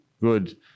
good